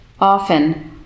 Often